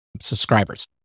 subscribers